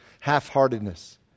half-heartedness